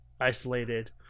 isolated